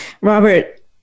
Robert